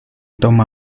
toma